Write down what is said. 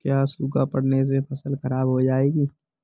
क्या सूखा पड़ने से फसल खराब हो जाएगी?